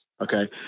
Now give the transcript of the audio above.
okay